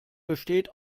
besteht